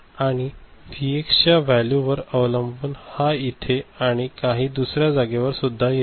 आणि व्हीएक्स च्या वॅल्यू वर अवलंबून हा इथे आणि काही दुसऱ्या जागेवर सुद्धा येईल